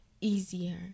easier